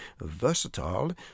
Versatile